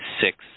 six